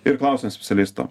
ir klausiam specialisto